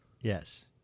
Yes